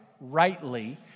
rightly